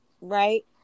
Right